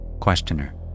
Questioner